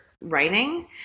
writing